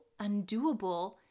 undoable